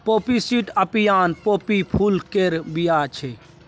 poppy seed opium poppy फुल केर बीया छै